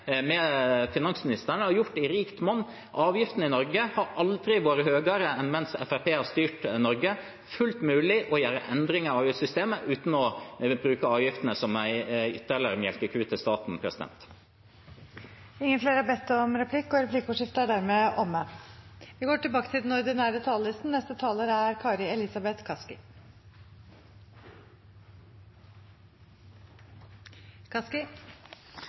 har finansministeren, har gjort i rikt monn. Avgiftene i Norge har aldri vært høyere enn mens Fremskrittspartiet har styrt Norge. Det er fullt mulig å gjøre endringer i avgiftssystemet uten å bruke avgiftene som ytterligere en melkeku for staten. Replikkordskiftet er dermed omme.